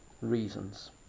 reasons